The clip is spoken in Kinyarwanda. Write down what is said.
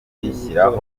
gushyiraho